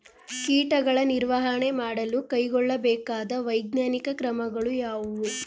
ಕೀಟಗಳ ನಿರ್ವಹಣೆ ಮಾಡಲು ಕೈಗೊಳ್ಳಬೇಕಾದ ವೈಜ್ಞಾನಿಕ ಕ್ರಮಗಳು ಯಾವುವು?